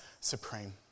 supreme